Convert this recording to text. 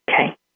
Okay